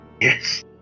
Yes